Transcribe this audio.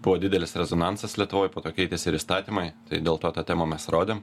buvo didelis rezonansas lietuvoj po to keitėsi ir įstatymai tai dėl to tą temą mes rodėm